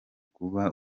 kubaka